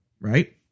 right